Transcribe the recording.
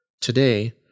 today